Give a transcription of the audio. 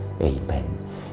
Amen